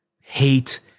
hate